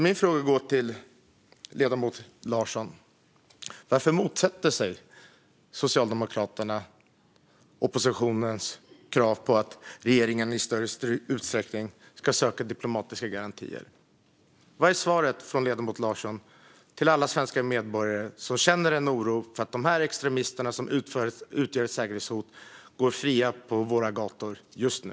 Min fråga till ledamoten Larsson är varför Socialdemokraterna motsätter sig oppositionens krav att regeringen i större utsträckning ska söka diplomatiska garantier. Vad är svaret från ledamoten Larsson till alla svenska medborgare som känner en oro för att de här extremisterna som utgör ett säkerhetshot går fria på våra gator just nu?